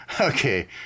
Okay